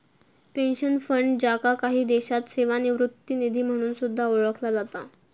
pension fund, ज्याका काही देशांत सेवानिवृत्ती निधी म्हणून सुद्धा ओळखला जाता